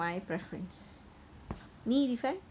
for me would be romantic comedy lah